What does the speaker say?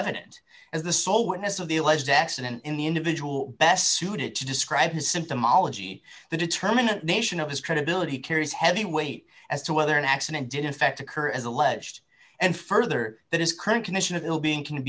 evident as the sole witness of the alleged accident in the individual best suited to describe his symptomology the determination of his credibility carries heavy weight as to whether an accident did in fact occur as alleged and further that his current condition of ill being can